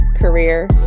career